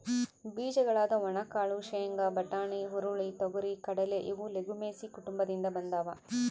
ಬೀಜಗಳಾದ ಒಣಕಾಳು ಶೇಂಗಾ, ಬಟಾಣಿ, ಹುರುಳಿ, ತೊಗರಿ,, ಕಡಲೆ ಇವು ಲೆಗುಮಿಲೇಸಿ ಕುಟುಂಬದಿಂದ ಬಂದಾವ